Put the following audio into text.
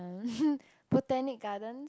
Botanic-Garden